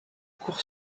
cour